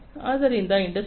ಆದ್ದರಿಂದ ಇಂಡಸ್ಟ್ರಿ 4